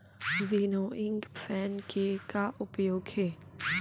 Winnowing fan के का उपयोग हे?